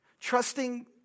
trusting